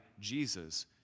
Jesus